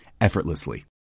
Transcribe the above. effortlessly